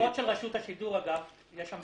החובות של רשות השידור, אגב, יש שם בעיה.